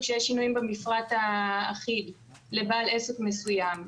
כשיש שינויים במפרט האחיד לבעל עסק מסוים,